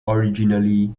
originally